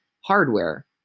hardware